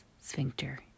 sphincter